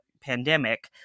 pandemic